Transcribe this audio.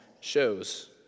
shows